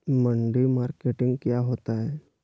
मंडी मार्केटिंग क्या होता है?